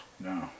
No